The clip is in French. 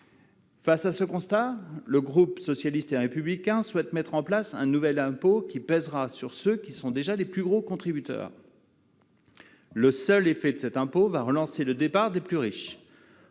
Face à ce constat, le groupe socialiste et républicain souhaite mettre en place un nouvel impôt qui pèsera sur ceux qui sont déjà les plus gros contributeurs. C'est totalement faux ! Le seul effet de cet impôt sera de relancer le départ des plus riches,